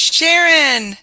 Sharon